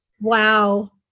Wow